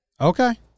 Okay